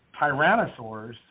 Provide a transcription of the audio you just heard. tyrannosaurs